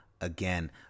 again